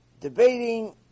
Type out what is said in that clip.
debating